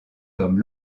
comme